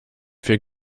für